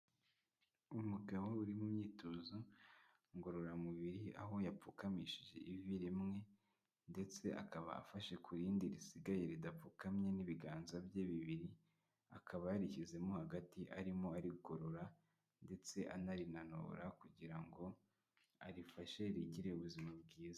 Umugabo uri mu myitozo ngororamubiri aho yapfukamishije ivi rimwe ndetse akaba afashe ku rindi risigaye ridapfukamye n'ibiganza bye bibiri, akaba yarishyizemo hagati arimo arigorora ndetse anarinanura kugira ngo arifashe rigire ubuzima bwiza.